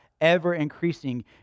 ever-increasing